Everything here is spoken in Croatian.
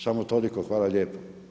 Samo toliko, hvala lijepo.